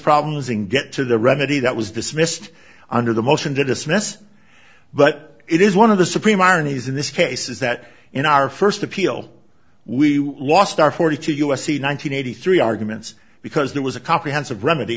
problems in get to the remedy that was dismissed under the motion to dismiss but it is one of the supreme ironies in this case is that in our first appeal we lost our forty two u s c nine hundred eighty three arguments because there was a comprehensive remedy